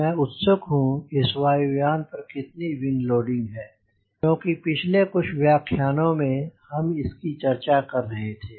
मैं उत्सुक हूँ कि इस वायु यान पर कितनी विंग लोडिंग है क्योंकि पिछले कुछ व्याख्यानों में हम इसकी चर्चा कर रहे थे